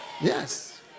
Yes